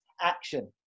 action